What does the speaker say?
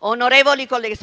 Onorevoli colleghi,